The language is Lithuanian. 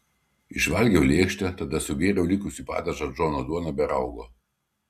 išvalgiau lėkštę tada sugėriau likusį padažą džono duona be raugo